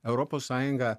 europos sąjunga